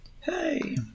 Hey